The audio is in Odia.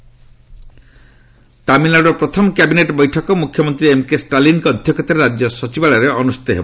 ଟିଏନ୍ କ୍ୟାବିନେଟ୍ ତାମିଲନାଡୁର ପ୍ରଥମ କ୍ୟାବିନେଟ୍ ବୈଠକ ମୁଖ୍ୟମନ୍ତ୍ରୀ ଏମ୍କେ ଷ୍ଟାଲିନ୍ଙ୍କ ଅଧ୍ୟକ୍ଷତାରେ ରାଜ୍ୟ ସଚିବାଳୟରେ ଅନୁଷ୍ଠିତ ହେବ